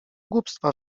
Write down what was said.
głupstwa